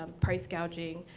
um price gouging,